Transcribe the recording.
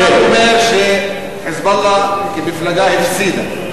השר אומר ש"חיזבאללה", כמפלגה, הפסידה.